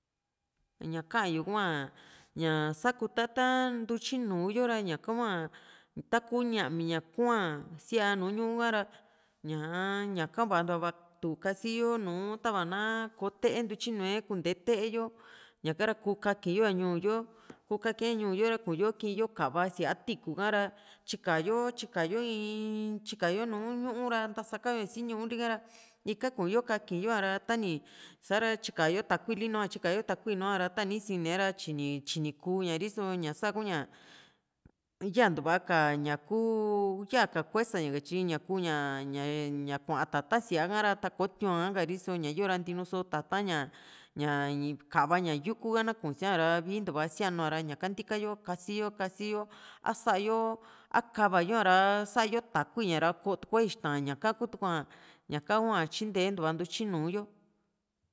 ña ka yu hua ña sukutata´n ntutyinuu yo ra ñaka hua taku ñami ña kua´n sia nùù ñuu ka´ra ñaa ñaka vantua va´a tu kasiyo nuu tava na ko´te ntutyinue kunte yo ñaka ra kuu kakiyo a ñuu yo ku kake a ñuu e ra kuu´yo kii´n yo kava siaa tiikú ha´ra tyika yo tyika yo in tyikayo nu ñuu ra ntasaka yo ña sii ñuu li´ka ra ika kuyo kakiyo´a ra tani sa´ra tyikayo takuili nua tyikayo takui nuára tani sine ra tyini tyini kuu ña riso ña saa ku´ña yantua ka ñaku yaka kuesa ña tyi ñaku ña ña kuaa tata´n siaa ha´ra ta kò´o tiu´n ka´ri so ña yoo ra ntinu so tata´n ña ña kava ña yuku na kuu siaa ra viintua sianu´a ra ñaka ntikayo kasi yo ksi a sa´yo kava yo´a ra sa´yo takui ña ra koo tue ixta ñaka kutua ñaka hua tyinte ntua ntutyinu yo